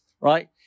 right